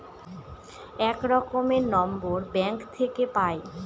এক রকমের number bank থাকে পাই